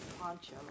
poncho